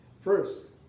First